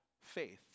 faith